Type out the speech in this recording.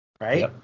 right